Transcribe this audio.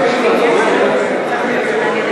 אין.